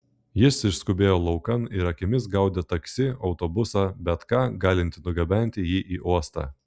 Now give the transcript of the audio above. jis išskubėjo laukan ir akimis gaudė taksi autobusą bet ką galintį nugabenti jį į uostą